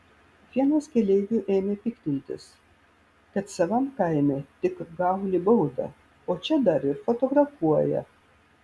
vienas keleivių ėmė piktintis kad savam kaime tik gauni baudą o čia dar ir fotografuoja